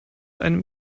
einem